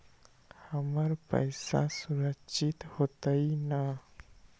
हमर पईसा सुरक्षित होतई न?